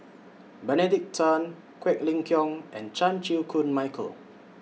Benedict Tan Quek Ling Kiong and Chan Chew Koon Michael